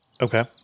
Okay